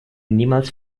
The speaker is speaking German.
niemals